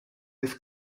this